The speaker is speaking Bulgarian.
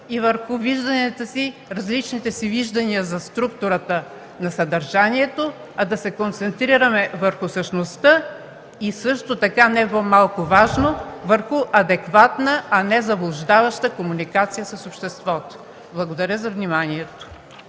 и върху различните си виждания за структурата на съдържанието, а да се концентрираме върху същността и също така не по-малко важно – върху адекватна, а не заблуждаваща комуникация с обществото. Благодаря за вниманието.